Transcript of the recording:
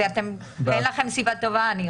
אני גם רואה שאין לכם סיבה טובה.